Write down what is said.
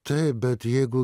taip bet jeigu